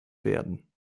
werden